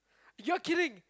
you're kidding